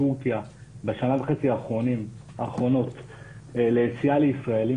טורקיה בשנה וחצי האחרונות ליציאה לישראלים